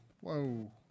whoa